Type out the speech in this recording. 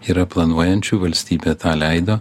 yra planuojančių valstybė tą leido